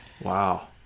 Wow